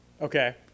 Okay